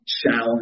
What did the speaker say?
challenge